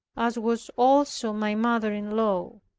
as was also my mother-in-law.